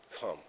Come